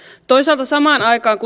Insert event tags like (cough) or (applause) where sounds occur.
toisaalta samaan aikaan (unintelligible)